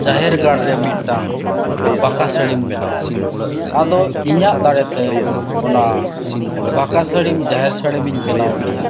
ᱡᱟᱦᱮᱨ ᱜᱟᱲ ᱨᱮ ᱢᱤᱫᱴᱟᱱ ᱯᱟᱠᱟ ᱥᱟᱹᱲᱤᱢ ᱵᱮᱱᱟᱣ ᱢᱮ ᱟᱫᱚ ᱤᱧᱟᱹᱜ ᱫᱟᱲᱮ ᱛᱮ ᱚᱱᱟ ᱯᱟᱠᱟ ᱥᱟᱹᱲᱤᱢ ᱡᱟᱸᱦᱮᱨ ᱥᱟᱹᱲᱤᱢ ᱤᱧ ᱵᱮᱱᱟᱣ ᱠᱮᱫᱼᱟ